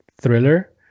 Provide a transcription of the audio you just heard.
thriller